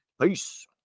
Peace